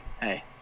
hey